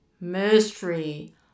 Mystery